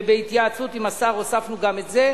ובהתייעצות עם השר הוספנו גם את זה.